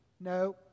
No